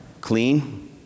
clean